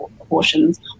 abortions